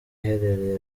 iherereye